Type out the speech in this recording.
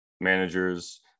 managers